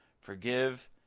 forgive